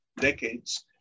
decades